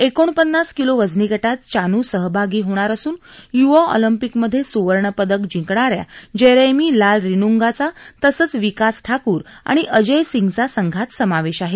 एकोणपन्नास किलो वजनी गटात चानू भाग घेणार असून यूवा अॅलिंपिक मधे सुवर्णपदक जिंकणा या जरैमी लाल रिनृंगाचा तसंच विकास ठाकूर आणि अजयसिंगचा संघात समावेश आहे